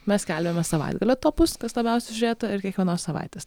mes skelbiame savaitgalio topus kas labiausiai žiūrėta ir kiekvienos savaitės